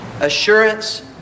Assurance